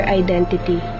identity